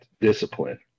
discipline